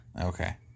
Okay